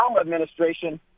administration